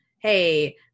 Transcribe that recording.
hey